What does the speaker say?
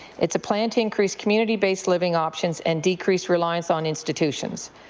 it's a plant to increase community-based living options an decrease reliance on institutions.